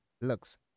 looks